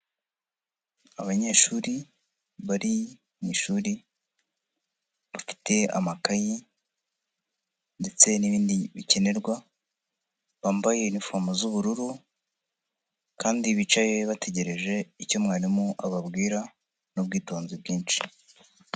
Abanyeshuri bari mu ishuri bafite amakayi ndetse n'ibindi bikenerwa, bambaye inifomu z'ubururu, kandi bicaye bategereje icyo mwarimu ababwira n'ubwitonzi bwinshi.